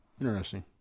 Interesting